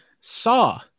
Saw